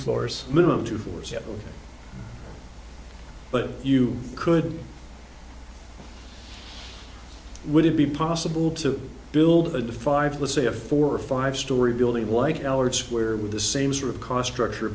floors minimum to force you but you could would it be possible to build the five let's say a four or five story building why keller square with the same sort of cost structure